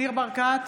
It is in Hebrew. ניר ברקת,